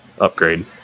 upgrade